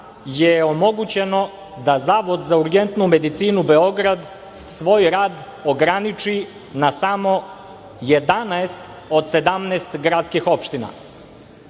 je omogućeno da Zavod za urgentnu medicinu Beograd svoj rad ograniči na samo 11 od 17 gradskih opština.S